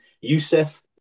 Youssef